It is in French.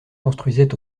construisait